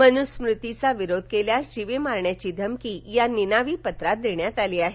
मनू स्मृतीचा विरोध केल्यास जीवे मारण्याची धमकी या निनावी पत्रात देण्यात आली आहे